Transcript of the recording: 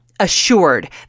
assured